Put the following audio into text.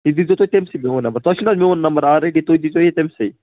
یہِ دیٖزیو تُہۍ تٔمۍسٕے میون نمبر تۄہہِ چھُنا میون نمبر آلرٔڈی تُہۍ دیٖزیو یہِ تٔمۍسٕے